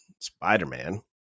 Spider-Man